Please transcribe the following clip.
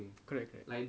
correct correct